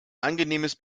angenehmes